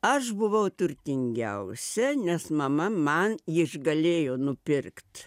aš buvau turtingiausia nes mama man išgalėjo nupirkt